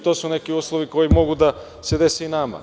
To su neki uslovi koji mogu da se dese i nama.